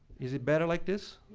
is it better like this?